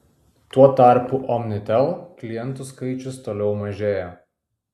tuo tarpu omnitel klientų skaičius toliau mažėja